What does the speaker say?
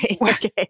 Okay